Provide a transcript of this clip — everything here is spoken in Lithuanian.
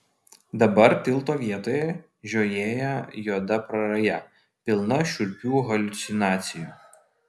dabar tilto vietoje žiojėja juoda praraja pilna šiurpių haliucinacijų